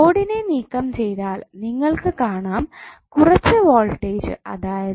ലോഡിനെ നീക്കം ചെയ്താൽ നിങ്ങൾക്ക് കാണാം കുറച്ചു വോൾട്ടേജ് അതായത്